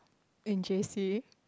in J_C